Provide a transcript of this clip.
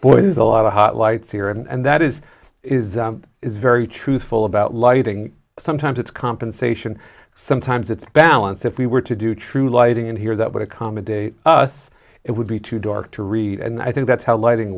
is a lot of hot lights here and that is is is very truthful about lighting sometimes it's compensation sometimes it's balance if we were to do true lighting in here that would accommodate us it would be too dark to read and i think that's how lighting